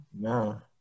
No